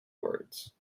words